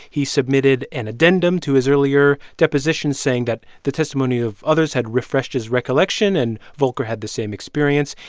he submitted an addendum to his earlier deposition saying that the testimony of others had refreshed his recollection, and volker had the same experience.